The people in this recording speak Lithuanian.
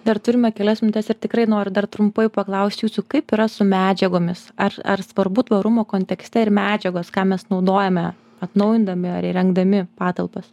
dar turime kelias minutes ir tikrai noriu dar trumpai paklaust jūsų kaip yra su medžiagomis ar ar svarbu tvarumo kontekste ir medžiagos ką mes naudojame atnaujindami ar įrengdami patalpas